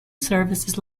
services